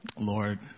Lord